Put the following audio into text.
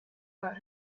about